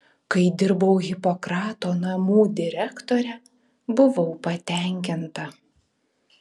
kai dirbau hipokrato namų direktore buvau patenkinta